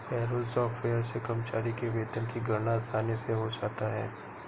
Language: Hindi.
पेरोल सॉफ्टवेयर से कर्मचारी के वेतन की गणना आसानी से हो जाता है